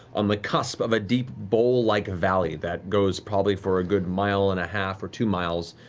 on the cusp of a deep bowl-like valley that goes probably for a good mile and a half, or two miles